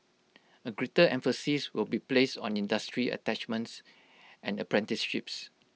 A greater emphasis will be placed on industry attachments and apprenticeships